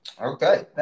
Okay